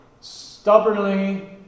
stubbornly